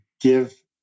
give